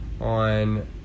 on